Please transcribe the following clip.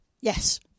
yes